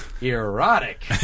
Erotic